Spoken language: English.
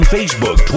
Facebook